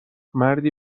مردی